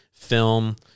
film